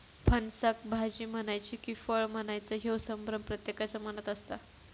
फणसाक भाजी म्हणायची कि फळ म्हणायचा ह्यो संभ्रम प्रत्येकाच्या मनात असता